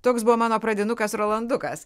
toks buvo mano pradinukas rolandukas